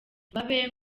babe